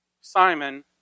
Simon